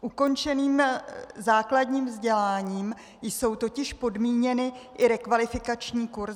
Ukončeným základním vzděláním jsou totiž podmíněny i rekvalifikační kurzy.